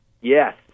yes